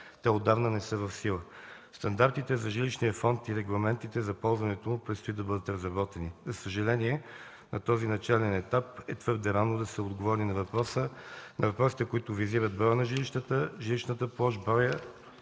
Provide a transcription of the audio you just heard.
Те отдавна не са в сила. Стандартите за жилищния фонд и регламентите за ползването предстои да бъдат разработени. За съжаление, на този начален етап е твърде рано да се отговори на въпросите, които визират броя на жилищата, жилищната площ, броя